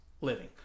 living